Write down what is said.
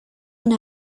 una